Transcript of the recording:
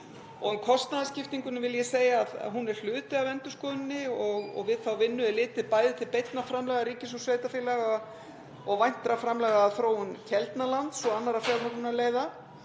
Um kostnaðarskiptinguna vil ég segja að hún er hluti af endurskoðuninni og við þá vinnu er litið bæði til beinna framlaga ríkis og sveitarfélaga og væntra framlaga að þróun Keldnalands og annarra fjármögnunarleiða.